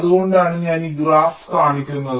അതുകൊണ്ടാണ് ഞാൻ ഈ ഗ്രാഫ് കാണിക്കുന്നത്